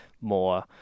more